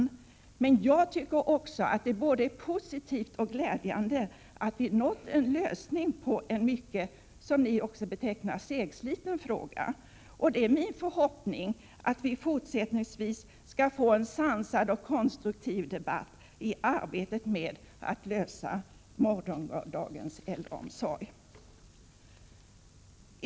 Också jag tycker att det är positivt och glädjande att vi har nått en lösning på en mycket segsliten fråga. Det är min förhoppning att vi fortsättningsvis skall få en sansad och konstruktiv debatt i arbetet med att lösa morgondagens äldreomsorg. Herr talman!